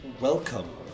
Welcome